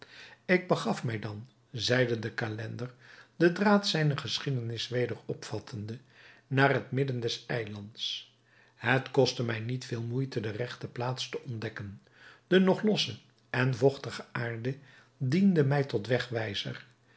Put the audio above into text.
ik begaf mij dan zeide de calender den draad zijner geschiedenis weder opvattende naar het midden des eilands het koste mij niet veel moeite de regte plaats te ontdekken de nog losse en vochtige aarde diende mij tot wegwijzer